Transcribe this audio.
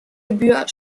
gebühr